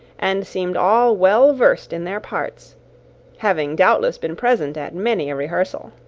and seemed all well versed in their parts having doubtless been present at many a rehearsal.